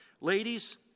Ladies